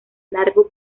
largos